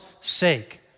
sake